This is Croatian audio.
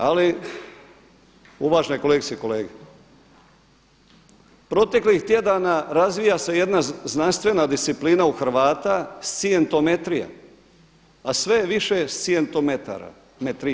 Ali uvažene kolegice i kolege, proteklih tjedana razvija se jedna znanstvena disciplina u Hrvata scientometrija a sve je više scientometara, metrista.